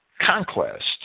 conquest